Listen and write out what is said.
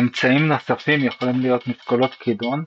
אמצעים נוספים יכולים להיות משקולות כידון,